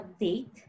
date